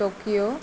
Tokyo